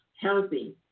healthy